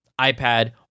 iPad